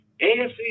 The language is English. AFC